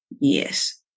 yes